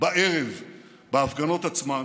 בערב בהפגנות עצמן.